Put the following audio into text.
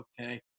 okay